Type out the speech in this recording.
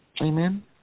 Amen